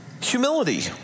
Humility